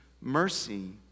mercy